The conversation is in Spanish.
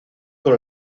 con